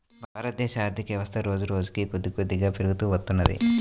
భారతదేశ ఆర్ధికవ్యవస్థ రోజురోజుకీ కొద్దికొద్దిగా పెరుగుతూ వత్తున్నది